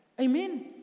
Amen